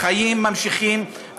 החיים ממשיכים.